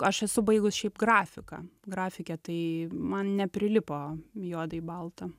aš esu baigus šiaip grafiką grafike tai man neprilipo juodai balta